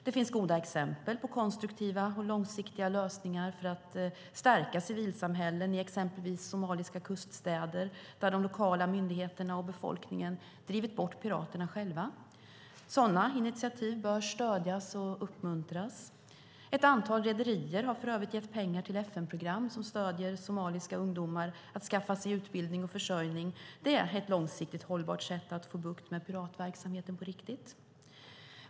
Det finns goda exempel på konstruktiva och långsiktiga lösningar för att stärka civilsamhällen i exempelvis somaliska kuststäder, där de lokala myndigheterna och befolkningen drivit bort piraterna själva. Sådana initiativ bör stödjas och uppmuntras. Ett antal rederier har för övrigt gett pengar till FN-program som hjälper somaliska ungdomar att skaffa sig utbildning och försörjning. Det är ett långsiktigt hållbart sätt att få bukt med piratverksamheten på riktigt.